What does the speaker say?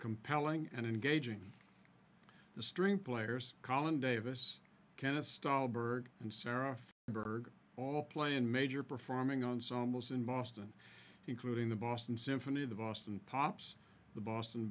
compelling and engaging the string players collin davis kenneth stahl byrd and sara berg all play in major performing on somas in boston including the boston symphony the boston pops the boston